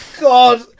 God